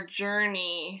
journey